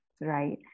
right